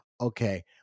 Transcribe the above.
okay